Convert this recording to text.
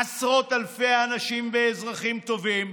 עשרות אלפי האנשים ואזרחים טובים,